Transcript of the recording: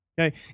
Okay